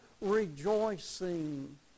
rejoicing